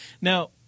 Now